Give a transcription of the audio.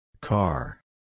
Car